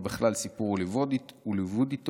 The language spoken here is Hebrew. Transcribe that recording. ובכלל סיפור הוליוודי טוב,